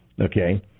okay